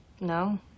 No